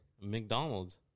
McDonald's